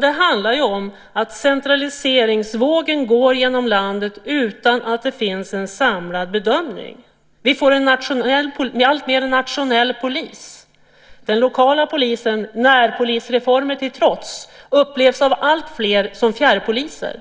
Det handlar om att centraliseringsvågen går genom landet utan att det finns en samlad bedömning. Vi får alltmer en nationell polis. Den lokala polisen - närpolisreformen till trots - upplevs av alltfler som fjärrpoliser.